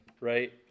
right